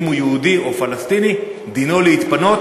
אם הוא יהודי ואם הוא פלסטיני, דינו להתפנות.